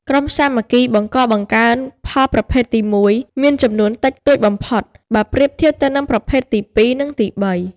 ក្រុមសាមគ្គីបង្កបង្កើនផលប្រភេទទី១ មានចំនួនតិចតួចបំផុត បើប្រៀបធៀបទៅនឹងប្រភេទទី២ និងទី៣។